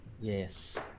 Yes